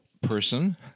person